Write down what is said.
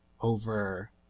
over